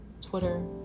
Twitter